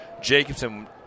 Jacobson